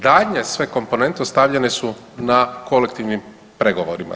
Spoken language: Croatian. Daljnje sve komponente ostavljene su na kolektivnim pregovorima.